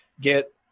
get